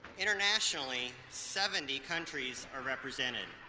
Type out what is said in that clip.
internationally, seventy countries are represented